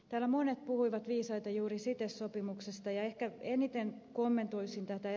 täällä monet puhuivat viisaita juuri cites sopimuksesta ja ehkä eniten kommentoisin ed